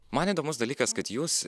man įdomus dalykas kad jūs